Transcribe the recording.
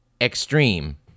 Extreme